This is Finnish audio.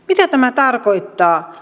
mitä tämä tarkoittaa